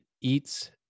eats